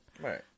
Right